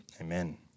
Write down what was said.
Amen